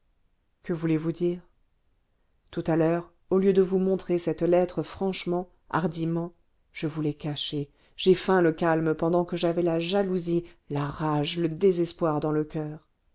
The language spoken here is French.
que voulez-vous dire tout à l'heure au lieu de vous montrer cette lettre franchement hardiment je vous l'ai cachée j'ai feint le calme pendant que j'avais la jalousie la rage le désespoir dans le coeur